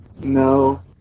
No